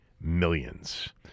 millions